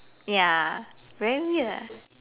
ya very weird